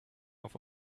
auf